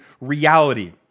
reality